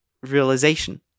realization